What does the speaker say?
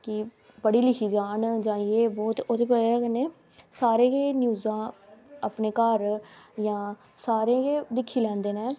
कि पढ़ी लिखी जान जां जे वो ते ओह्दी बजह् कन्नै सारे गै न्यूज़ां अपने घर जां सारे गै दिक्खी लैंदे न